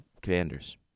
Commanders